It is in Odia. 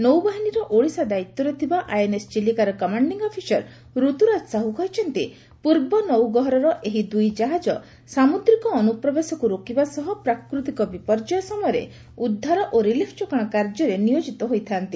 ନୌବାହିନୀର ଓଡିଶା ଦାୟିତ୍ୱରେ ଥିବା ଆଇଏନଏସ୍ ଚିଲିକାର କମାଣ୍ଡିଂ ଅପିସର ଋତୁରାଜ ସାହୁ କହିଛନ୍ତି ପୂର୍ବରୁ ନୌଗହରର ଏହି ଦୁଇ କାହାଜ ସାମୁଦ୍ରିକ ଅନୁପ୍ରବେଶକୁ ରୋକିବା ସହ ପ୍ରାକୃତିକ ବିପର୍ଯ୍ୟୟ ସମୟରେ ଉଦ୍ଧାର ଓ ରିଲିଫ ଯୋଗାଣ କାର୍ଯ୍ୟରେ ନିୟୋଜିତ ହୋଇଥାଆନ୍ତି